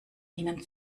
ihnen